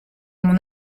mon